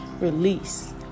release